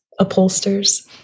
upholsters